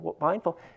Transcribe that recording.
mindful